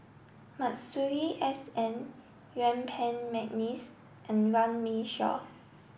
Masuri S N Yuen Peng McNeice and Runme Shaw